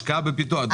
השקעה בפיתוח.